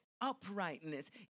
uprightness